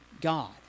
God